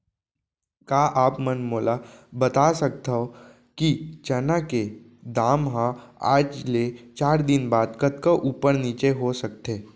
का आप मन मोला बता सकथव कि चना के दाम हा आज ले चार दिन बाद कतका ऊपर नीचे हो सकथे?